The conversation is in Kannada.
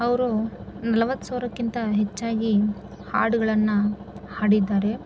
ಅವರು ನಲವತ್ತು ಸಾವಿರಕ್ಕಿಂತ ಹೆಚ್ಚಾಗಿ ಹಾಡುಗಳನ್ನು ಹಾಡಿದ್ದಾರೆ